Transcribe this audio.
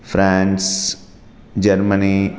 France Germany